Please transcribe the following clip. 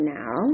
now